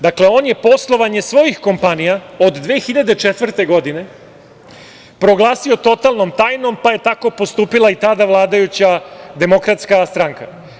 Dakle, on je poslovanje svojih kompanija od 2004. godine, proglasio totalnom tajnom, pa je tako postupila i tada vladajuća Demokratska stranka.